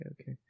okay